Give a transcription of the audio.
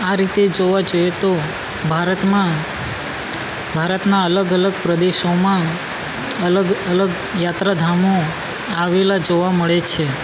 આ રીતે જોવા જઈએ તો ભારતમાં ભારતના અલગ અલગ પ્રદેશોમાં અલગ અલગ યાત્રાધામો આવેલાં જોવા મળે છે